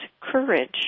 courage